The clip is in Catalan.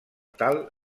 tal